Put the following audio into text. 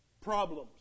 Problems